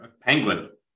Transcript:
Penguin